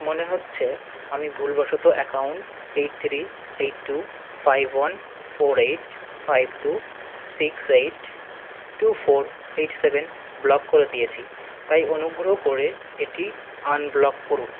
মনে হচ্ছে আমি ভুলবশত account eight three eight two five one four eight five two six eight two four eight seven block করে দিয়েছি তাই অনুগ্রহ করে এটি আনব্লক করুন